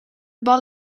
bal